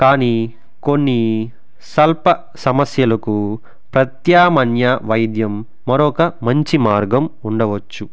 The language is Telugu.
కానీ కొన్ని స్వల్ప సమస్యలకు ప్రత్యామ్నాయ వైద్యం మరొక మంచి మార్గం ఉండవచ్చు